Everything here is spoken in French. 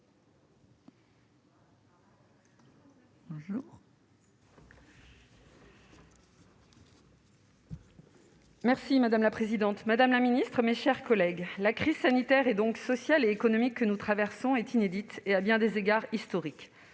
Madame la présidente, madame la ministre, mes chers collègues, la crise sanitaire, donc sociale et économique, que nous traversons est inédite et, à bien des égards, historique.